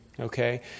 Okay